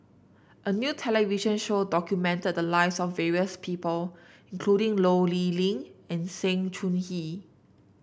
a new television show documented the lives of various people including Ho Lee Ling and Sng Choon Yee